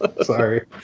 Sorry